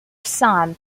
son